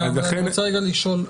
אני רוצה לשאול,